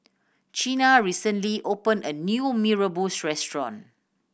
Chynna recently opened a new Mee Rebus restaurant